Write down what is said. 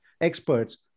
experts